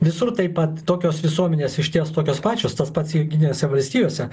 visur taip pat tokios visuomenės išties tokios pačios tas pats jungtinėse valstijose